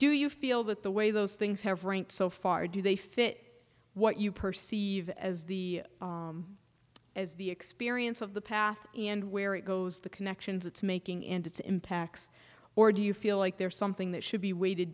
do you feel that the way those things have ranked so far do they fit what you perceive as the as the experience of the past and where it goes the connections it's making and its impacts or do you feel like there's something that should be weighted